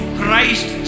Christ